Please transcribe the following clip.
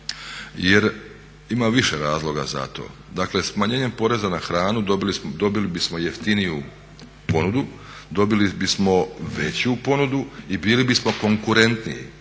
Jer ima više razloga za to. Dakle, smanjenjem poreza na hranu dobili bismo jeftiniju ponudu, dobili bismo veću ponudu i bili bismo konkurentniji.